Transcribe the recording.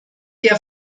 der